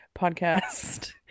podcast